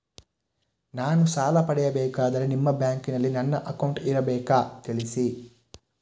ನಾನು ಸಾಲ ಪಡೆಯಬೇಕಾದರೆ ನಿಮ್ಮ ಬ್ಯಾಂಕಿನಲ್ಲಿ ನನ್ನ ಅಕೌಂಟ್ ಇರಬೇಕಾ ತಿಳಿಸಿ?